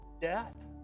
death